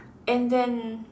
and then